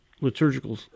liturgical